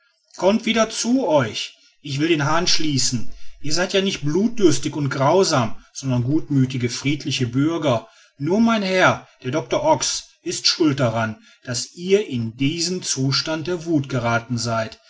kommt wieder zu euch ich will den hahn schließen ihr seid ja nicht blutdürstig und grausam sondern gutmüthige friedliche bürger nur mein herr der doctor ox ist schuld daran daß ihr in diesen zustand der wuth gerathen seid